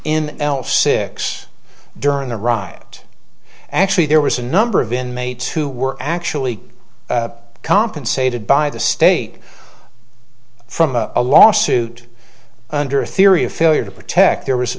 in elf six during the ride actually there was a number of inmates who were actually compensated by the state from a lawsuit under the theory of failure to protect there was